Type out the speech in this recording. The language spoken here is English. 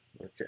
Okay